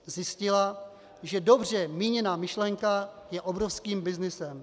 Zjistila, že dobře míněná myšlenka je obrovským byznysem.